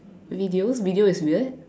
videos video is weird